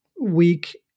week